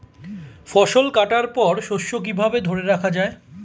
ফসল কাটার পর শস্য কিভাবে ধরে রাখা য়ায়?